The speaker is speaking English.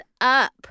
up